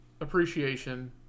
appreciation